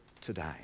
today